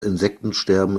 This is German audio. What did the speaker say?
insektensterben